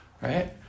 Right